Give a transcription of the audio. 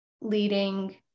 leading